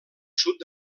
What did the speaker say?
sud